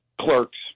Clerks